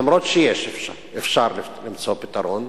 למרות שאפשר למצוא פתרון.